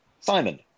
simon